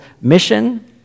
mission